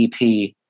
EP